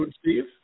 Steve